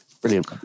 brilliant